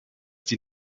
die